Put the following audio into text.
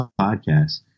podcast